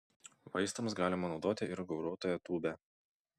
vaistams galima naudoti ir gauruotąją tūbę